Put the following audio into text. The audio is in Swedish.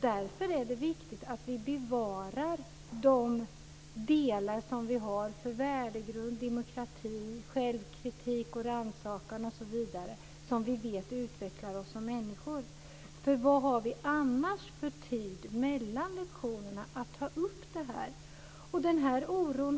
Därför är det viktigt att vi bevarar de delar som vi har för värdegrund, demokrati, självkritik, rannsakan osv. och som vi vet utvecklar oss som människor. Vad finns det annars för tid mellan lektionerna att ta upp detta? Jag hyser den här oron.